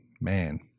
Man